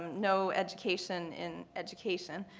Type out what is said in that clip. no education in education.